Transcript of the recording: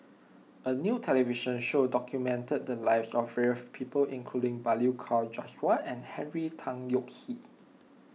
a new television show documented the lives of various people including Balli Kaur Jaswal and Henry Tan Yoke See